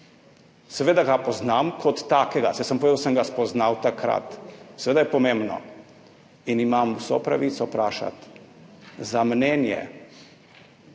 Seveda ga poznam kot takega, saj sem povedal, da sem ga spoznal takrat. Seveda je pomembno in imam vso pravico vprašati za mnenje